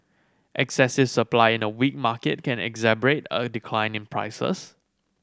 excessive supply in a weak market can exacerbate a decline in prices